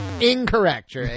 Incorrect